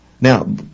Now